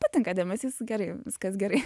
patinka dėmesys gerai viskas gerai